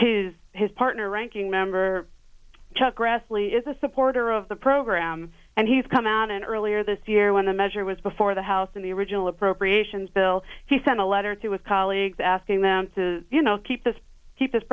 to his partner ranking member chuck grassley is a supporter of the program and he's come out and earlier this year when the measure was before the house in the original appropriations bill he sent a letter to his colleagues asking them to you know keep this keep this